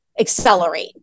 accelerate